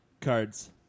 cards